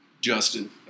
Justin